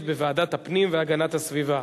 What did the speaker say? לוועדת הפנים והגנת הסביבה